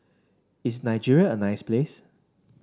is Nigeria a nice place